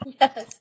Yes